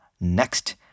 next